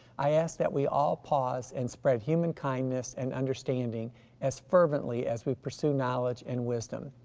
i ask that we all pause and spread human kindness and understanding as fervently as we pursue knowledge and wisdom.